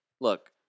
look